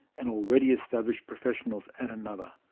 and already established professionals at another.